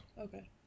Okay